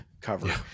cover